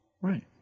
Right